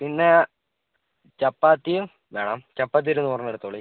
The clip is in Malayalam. പിന്നേ ചപ്പാത്തിയും വേണം ചപ്പാത്തി ഒരു നൂറെണ്ണം എടുത്തോളു